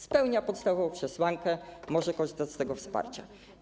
Spełnia podstawową przesłankę, może korzystać z tego wsparcia.